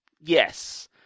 Yes